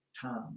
time